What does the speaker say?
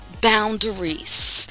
boundaries